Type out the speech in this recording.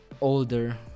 older